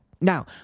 Now